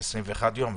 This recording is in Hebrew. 21 יום,